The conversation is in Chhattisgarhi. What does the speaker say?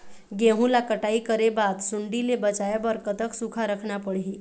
गेहूं ला कटाई करे बाद सुण्डी ले बचाए बर कतक सूखा रखना पड़ही?